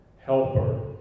Helper